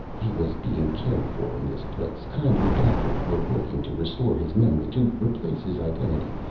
he was being cared for in this place. kindly doctors were working to restore his memory, to replace his identity,